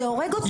זה הורג אותי.